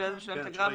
ואז הוא משלם אגרה.